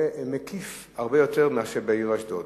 ומקיף הרבה יותר מאשר בעיר אשדוד.